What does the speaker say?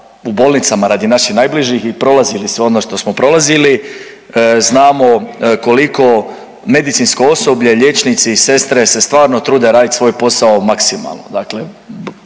u bolnicama radi naših najbližih i prolazili sve ono što smo prolazili, znamo koliko medicinsko osoblje, liječnici i sestre se stvarno trude raditi svoj posao maksimalno.